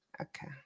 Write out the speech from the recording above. Okay